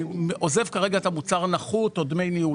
אני עוזב כרגע את המוצר נחות או דמי ניהול.